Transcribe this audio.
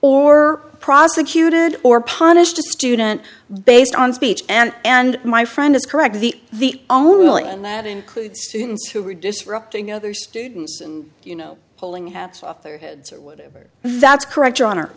or prosecuted or punished a student based on speech and and my friend is correct the the only and that includes students who were disrupting other students and you know pulling hats off their heads or whatever that's correct your hon